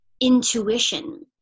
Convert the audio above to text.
intuition